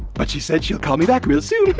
but she said she'll call me back real soon!